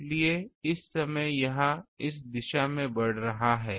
इसलिए इस समय यह इस दिशा में बढ़ रहा है